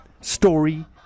Story